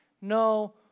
no